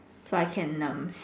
so I can um